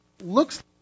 looks